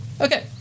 Okay